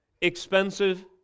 Expensive